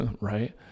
right